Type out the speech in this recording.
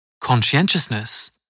conscientiousness